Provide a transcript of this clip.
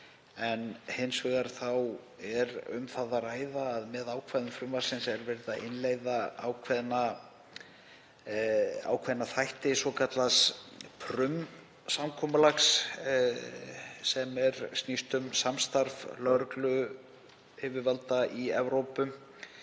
Hins vegar er um það að ræða að með ákvæðum frumvarpsins er verið að innleiða ákveðna þætti svokallaðs Prüm-samkomulags sem snýst um samstarf lögregluyfirvalda í Evrópu,